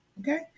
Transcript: Okay